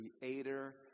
Creator